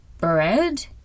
bread